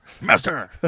master